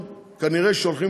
כנראה הולכים